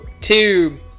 two